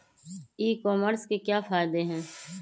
E commerce के क्या फायदे हैं?